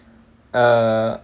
err